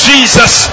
Jesus